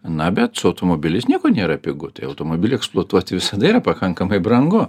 na bet su automobiliais nieko nėra pigu tai automobilį eksploatuoti visada yra pakankamai brangu